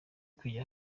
kujya